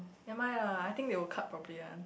never mind lah I think they will cut properly [one]